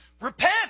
Repent